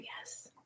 yes